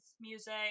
music